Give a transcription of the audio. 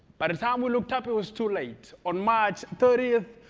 by the time we looked up, it was too late. on march thirtieth,